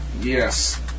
yes